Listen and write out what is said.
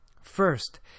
First